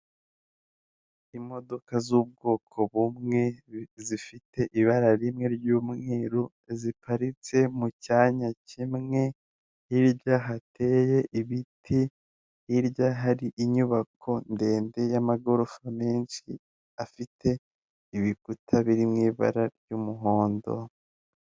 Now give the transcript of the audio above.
Imodoka z'ubwoko bumwe zifite ibara rimwe ry'umweru ziparitse mu cyanya kimwe hirya hateye ibiti, hirya hari inyubako ndende y'amagorofa menshi afite ibikuta biri mu ibara ry'umuhondo.